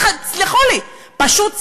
סלחו לי, פשוט ציפיתי,